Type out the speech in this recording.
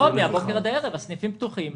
מהבוקר ועד הערב כאשר הסניפים פתוחים.